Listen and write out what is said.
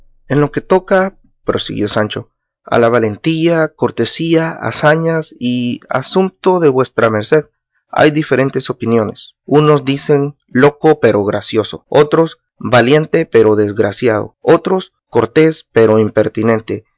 en lo que toca prosiguió sancho a la valentía cortesía hazañas y asumpto de vuestra merced hay diferentes opiniones unos dicen loco pero gracioso otros valiente pero desgraciado otros cortés pero impertinente